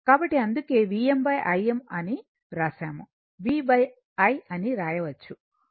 కాబట్టి అందుకే Vm Im అని వ్రాసాముVI అని వ్రాయవచ్చు